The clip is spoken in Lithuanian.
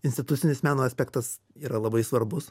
institucinis meno aspektas yra labai svarbus